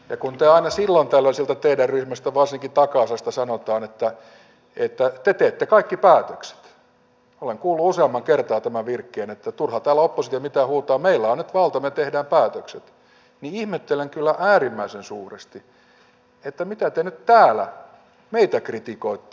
ja kun aina silloin tällöin sieltä teidän ryhmästä varsinkin takaosasta sanotaan että te teette kaikki päätökset olen kuullut useamman kerran tämän virkkeen että turha täällä on opposition mitään huutaa meillä on nyt valta me teemme päätökset niin ihmettelen kyllä äärimmäisen suuresti että mitä te nyt täällä meitä kritikoitte